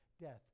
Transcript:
death